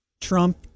Trump